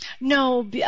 No